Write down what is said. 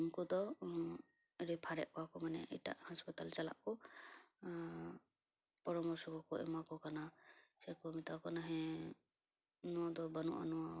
ᱩᱱᱠᱩ ᱫᱚ ᱨᱮᱯᱷᱟᱨᱮᱫ ᱠᱚᱣᱟ ᱠᱚ ᱢᱟᱱᱮ ᱮᱴᱟᱜ ᱦᱟᱥᱯᱟᱛᱟᱞ ᱪᱟᱞᱟᱜ ᱠᱚ ᱯᱚᱨᱟ ᱢᱚᱨᱥᱚ ᱠᱚ ᱠᱚ ᱮᱢᱟ ᱠᱚ ᱠᱟᱱᱟ ᱥᱮ ᱠᱚ ᱢᱮᱛᱟ ᱠᱚ ᱠᱟᱱᱟ ᱦᱮᱸ ᱱᱚᱣᱟ ᱫᱚ ᱵᱟ ᱱᱩᱜᱼᱟ ᱱᱚᱣᱟ